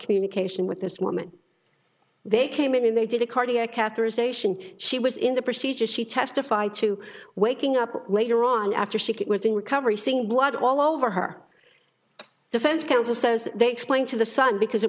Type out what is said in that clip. communication with this woman they came in and they did a cardiac catheterization she was in the procedure she testified to waking up later on after she was in recovery seeing blood all over her defense counsel says they explained to the sun because it